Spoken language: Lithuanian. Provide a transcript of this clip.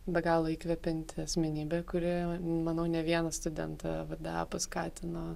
be galo įkvepianti asmenybė kuri manau ne vieną studentą vda paskatino